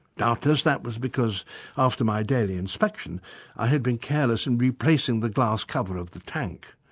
doubtless that was because after my daily inspection i had been careless in replacing the glass cover of the tank.